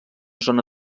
zona